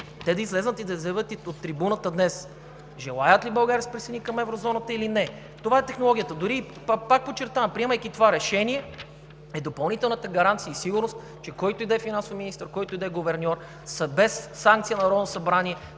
те да излязат и да заявят от трибуната днес: желаят ли България да се присъедини към Еврозоната или не? Това е технологията. Дори и пак подчертавам, приемайки това решение, е допълнителната гаранция и сигурност, че който и да е финансов министър, който и да е гуверньор, че без санкция на